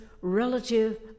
relative